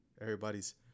everybody's